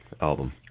album